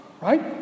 right